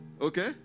Okay